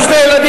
עם שני ילדים,